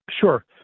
sure